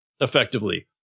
effectively